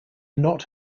not